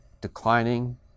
declining